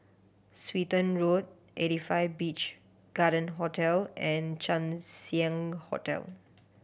Swettenham Road Eighty Five Beach Garden Hotel and Chang Ziang Hotel